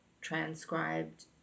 transcribed